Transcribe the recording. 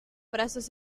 brazos